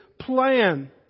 plan